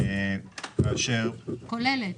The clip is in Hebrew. מסגרת כוללת.